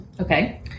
Okay